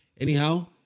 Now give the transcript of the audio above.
Anyhow